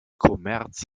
kommerz